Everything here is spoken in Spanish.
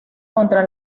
contra